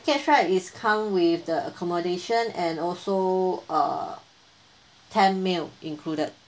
right is come with the accommodation and also uh ten meal included